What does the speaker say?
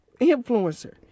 Influencer